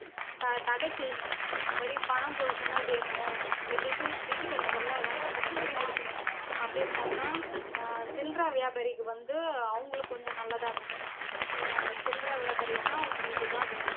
தடை செய்யிணும் இது மாதிரி பணம் புழக்கோம் தான் வேணும் இந்த டிஜிட்டல் முறைலாம் வேணான்றது மாதிரி இருக்கணும் அப்படி இருந்தால் தான் சில்லற வியாபாரிக்கு வந்து அவங்களுக்கு கொஞ்சம் நல்லதாக இருக்கும் சில்லற வியாபாரினா அவுங்களுக்கு இது தான் வேணும்